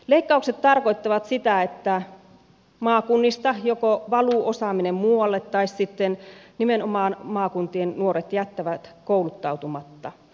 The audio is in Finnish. leikkaukset tarkoittavat sitä että joko maakunnista valuu osaaminen muualle tai sitten nimenomaan maakuntien nuoret jättävät kouluttautumatta